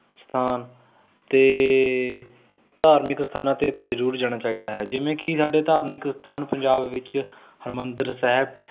ਸਥਾਨ ਅਤੇ ਧਾਰਮਿਕ ਸਥਾਨਾਂ 'ਤੇ ਤਾਂ ਜ਼ਰੂਰ ਜਾਣਾ ਚਾਹੀਦਾ ਹੈ ਜਿਵੇਂ ਕਿ ਸਾਡੇ ਧਾਰਮਿਕ ਸਥਾਨ ਪੰਜਾਬ ਵਿੱਚ ਹਰਿਮੰਦਰ ਸਾਹਿਬ